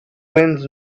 winds